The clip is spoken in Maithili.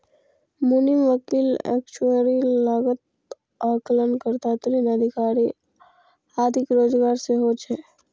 मुनीम, वकील, एक्चुअरी, लागत आकलन कर्ता, ऋण अधिकारी आदिक रोजगार सेहो छै